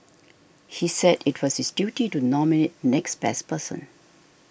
he said it was his duty to nominate next best person